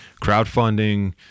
crowdfunding